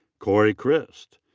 cory crist.